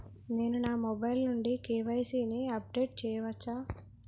నేను నా మొబైల్ నుండి కే.వై.సీ ని అప్డేట్ చేయవచ్చా?